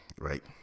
right